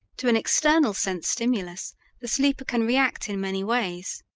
to an external sense-stimulus the sleeper can react in many ways.